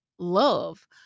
love